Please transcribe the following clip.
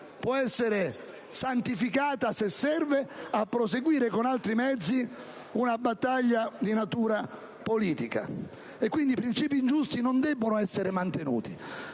può essere santificata, se serve a proseguire con altri mezzi una battaglia di natura politica. Quindi i principi ingiusti non debbono essere mantenuti.